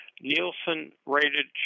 Nielsen-rated